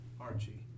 Archie